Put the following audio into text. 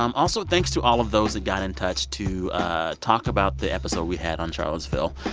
um also, thanks to all of those that got in touch to talk about the episode we had on charlottesville.